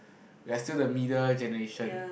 we are still the middle generation